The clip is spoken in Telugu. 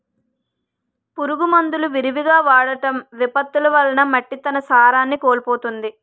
పురుగు మందులు విరివిగా వాడటం, విపత్తులు వలన మట్టి తన సారాన్ని కోల్పోతుంది